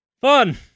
fun